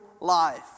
life